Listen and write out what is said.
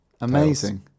Amazing